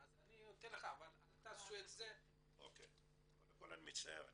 אל תעשו את זה --- קודם כל אני מצטער.